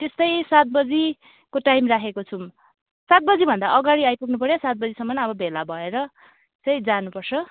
त्यस्तै सात बजीको टाइम राखेको छौँ सात बजीभन्दा अगाडि आइपुग्नु पऱ्यो सात बजीसम्मन अब भेला भएर चाहिँ जानुपर्छ